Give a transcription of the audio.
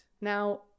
Now